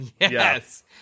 Yes